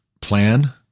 plan